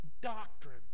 doctrine